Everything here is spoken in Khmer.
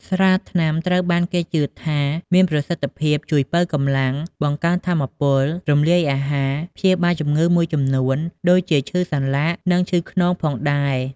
ស្រាថ្នាំត្រូវបានគេជឿថាមានប្រសិទ្ធភាពជួយ ប៉ូវកម្លាំង បង្កើនថាមពល រំលាយអាហារ ព្យាបាលជំងឺមួយចំនួន ដូចជាឈឺសន្លាក់ និងឈឺខ្នងផងដែរ។